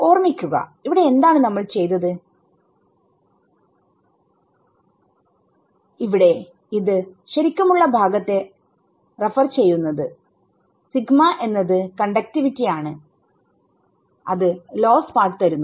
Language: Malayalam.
ഓർമിക്കുക ഇവിടെ എന്താണ് നമ്മൾ ചെയ്തത് ഇവിടെ ശരിക്കുമുള്ള ഭാഗത്തെ ആണ് റെഫർ ചെയ്യുന്നത് സിഗ്മ എന്നത് കണ്ടക്റ്റിവിറ്റി ആണ് അത് ലോസ്സ് പാർട്ട്തരുന്നു